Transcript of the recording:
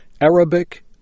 Arabic